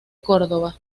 córdoba